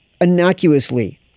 innocuously